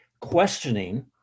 questioning